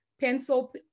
pencil